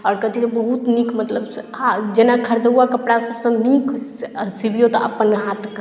आओर बहुत नीक मतलब हँ जेना खरिदौआ कपड़ासभसँ नीक सिबियौ तऽ अपन हाथके